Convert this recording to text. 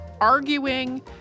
arguing